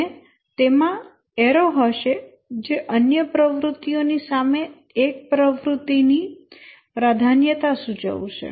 અને તેમાં એરો હશે જે અન્ય પ્રવૃત્તિઓ ની સામે એક પ્રવૃત્તિ ની પ્રાધાન્યતા સૂચવશે